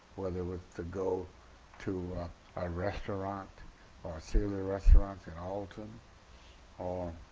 whether it was to go to a restaurant or a series of restaurants in alton or